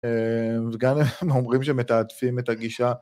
וגם אומרים שמתעדפים את הגישה.